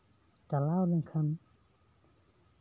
ᱪᱟᱞᱟᱣ ᱞᱮᱱᱠᱷᱟᱱ